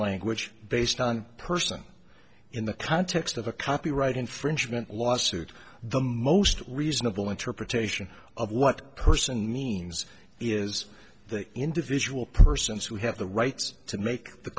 language based on person in the context of a copyright infringement lawsuit the most reasonable interpretation of what person means is the individual persons who have the rights to make the